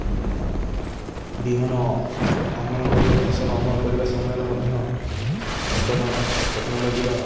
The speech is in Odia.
ବିହନ ଅମଳ କରିବା ଫସଲ ଅମଳ କରିବା ସମୟରେ ମଧ୍ୟ ନୂତନ ଟେକ୍ନୋଲୋଜିର